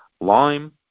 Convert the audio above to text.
lime